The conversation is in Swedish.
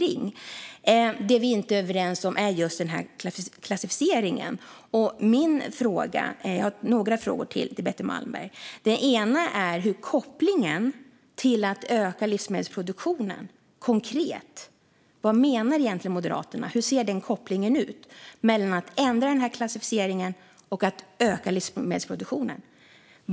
Det som vi inte är överens om är just denna klassificering. Jag vill därför fråga Betty Malmberg om kopplingen konkret till att öka livsmedelsproduktionen. Vad menar egentligen Moderaterna? Hur ser denna koppling ut mellan att ändra denna klassificering och att öka livsmedelsproduktionen?